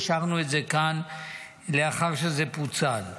אישרנו את זה כאן לאחר שזה פוצל.